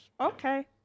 Okay